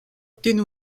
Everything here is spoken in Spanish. tiene